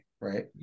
right